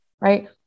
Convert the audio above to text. right